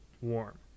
Warm